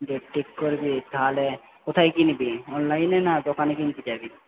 date ঠিক করবি তাহলে কোথায় কিনবি অনলাইনে না দোকানে কিনতে যাবি